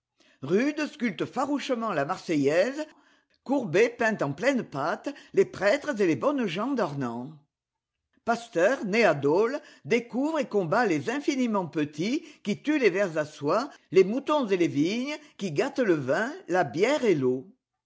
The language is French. rude sculpte farouchement la marseillaise courbet peint en pleine pâte les prêtres et les bonnes gens d'ornans pasteur né à dôle découvre et combat les infiniment petits qui tuent les vers à soie les moutons et les vignes qui gâtent le vin la bière et l'eau